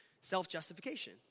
Self-justification